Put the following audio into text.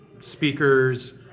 speakers